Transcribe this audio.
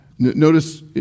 Notice